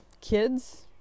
kids